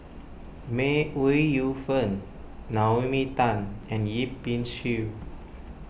May Ooi Yu Fen Naomi Tan and Yip Pin Xiu